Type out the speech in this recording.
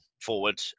forward